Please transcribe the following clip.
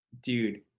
Dude